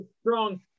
strong